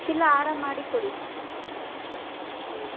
ಇಲ್ಲ ಹಾರ ಮಾಡಿ ಕೊಡಿ ಎಲ್ಲ ಹ್ಞೂ